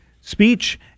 speech